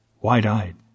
Wide-eyed